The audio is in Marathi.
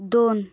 दोन